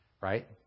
Right